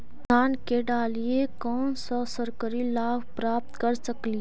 किसान के डालीय कोन सा सरकरी लाभ प्राप्त कर सकली?